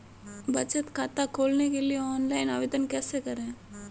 बचत खाता खोलने के लिए ऑनलाइन आवेदन कैसे करें?